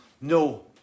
no